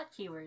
keywords